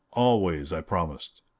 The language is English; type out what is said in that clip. always, i promised.